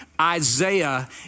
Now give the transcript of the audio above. Isaiah